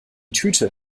tüte